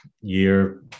year